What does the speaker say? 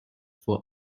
for